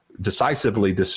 decisively